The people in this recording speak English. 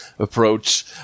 approach